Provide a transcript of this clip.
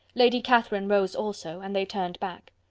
lady catherine rose also, and they turned back.